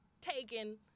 taken